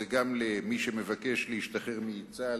זה גם למי שמבקש להשתחרר מצה"ל